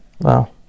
Wow